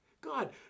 God